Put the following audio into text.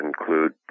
include